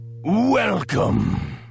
welcome